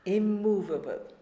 immovable